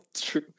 True